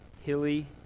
hilly